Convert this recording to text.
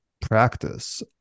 practice